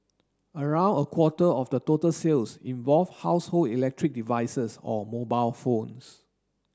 around a quarter of the total sales involve household electric devices or mobile phones